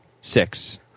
Six